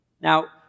Now